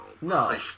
No